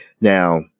Now